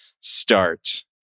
start